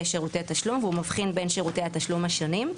שירותי תשלום והוא מבחין בין שירותי התשלום השונים,